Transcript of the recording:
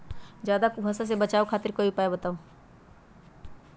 ज्यादा कुहासा से बचाव खातिर कोई उपाय बताऊ?